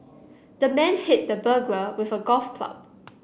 the man hit the burglar with a golf club